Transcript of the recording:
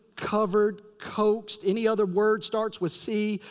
covered. coaxed. any other word starts with c.